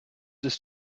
ist